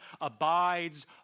abides